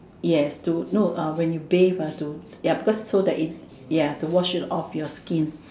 yes to no uh when you bathe ah to ya because it so that it wash it off your skin